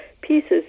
pieces